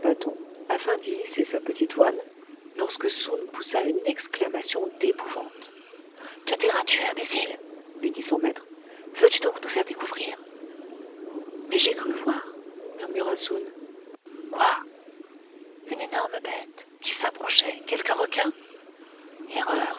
afin d'y hisser sa petite voile lorsque soun poussa une exclamation d'épouvante te tairas-tu imbécile lui dit son maître veux-tu donc nous faire découvrir mais j'ai cru voir murmura soun quoi une énorme bête qui s'approchait quelque requin erreur